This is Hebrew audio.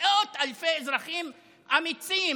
מאות אלפי אזרחים אמיצים,